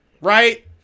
Right